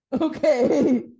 okay